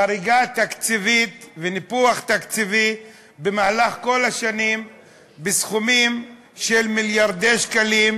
חריגה תקציבית וניפוח תקציבי במהלך כל השנים בסכומים של מיליארדי שקלים,